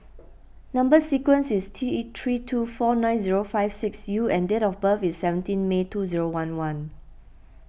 Number Sequence is T three two four nine zero five six U and date of birth is seventeen May two zero one one